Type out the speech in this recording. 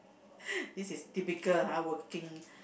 this is typical ha working